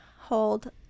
hold